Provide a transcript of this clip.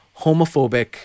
homophobic